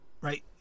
Right